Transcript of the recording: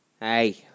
hey